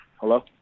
Hello